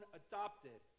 adopted